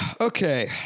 okay